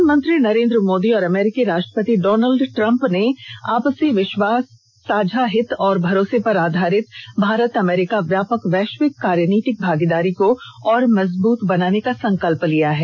प्रधानमंत्री नरेंद्र मोदी और अमरीकी राष्ट्रपति डॉनल्ड ट्रम्प ने आपसी विश्वास साझा हित और भरोसे पर आधारित भारत अमरीका व्यापक वैश्विक कार्यनीतिक भागीदारी को और मजबूत बनाने का संकल्प लिया है